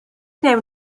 wnawn